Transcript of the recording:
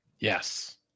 Yes